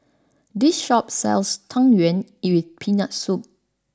this shop sells Tang Yuen with Peanut Soup